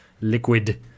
liquid